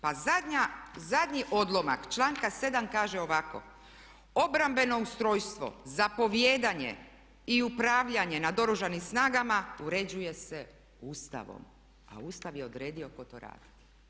Pa zadnji odlomak članka 7. kaže ovako: "Obrambeno ustrojstvo, zapovijedanje i upravljanje nad Oružanim snagama uređuje se Ustavom", a Ustav je odredio tko to radi.